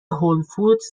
هولفودز